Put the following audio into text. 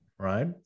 Right